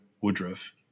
Woodruff